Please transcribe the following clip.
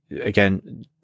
again